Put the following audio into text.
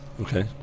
Okay